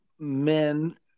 men